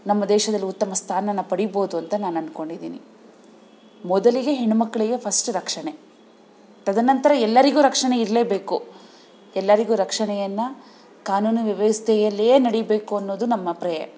ನಮ್ಮ ದೇಶದಲ್ಲಿ ಉತ್ತಮ ಸ್ಥಾನನ ಪಡಿಬೋದು ಅಂತ ನಾನು ಅಂದ್ಕೊಂಡಿದ್ದೀನಿ ಮೊದಲಿಗೆ ಹೆಣ್ಮಕ್ಕಳಿಗೆ ಫಸ್ಟ್ ರಕ್ಷಣೆ ತದನಂತರ ಎಲ್ಲರಿಗೂ ರಕ್ಷಣೆ ಇರಲೇಬೇಕು ಎಲ್ಲರಿಗು ರಕ್ಷಣೆಯನ್ನು ಕಾನೂನು ವ್ಯವಸ್ಥೆಯಲ್ಲಿಯೇ ನಡಿಬೇಕು ಅನ್ನೋದು ನಮ್ಮ ಪ್ರೇಯರ್